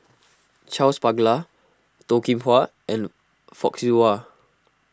Charles Paglar Toh Kim Hwa and Fock Siew Wah